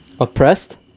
Oppressed